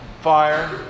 fire